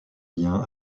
lien